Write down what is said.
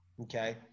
okay